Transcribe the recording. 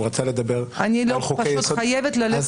רצה לדבר על חוקי יסוד --- אני חייבת ללכת